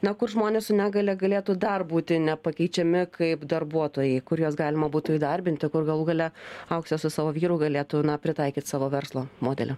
na kur žmonės su negalia galėtų dar būti nepakeičiami kaip darbuotojai kur juos galima būtų įdarbinti kur galų gale auksė su savo vyru galėtų pritaikyt savo verslo modelį